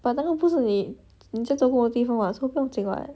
but 那个不是你你在做工的地方 [what] so 不用紧 [what]